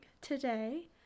today